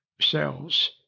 cells